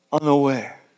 unaware